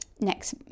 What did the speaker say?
next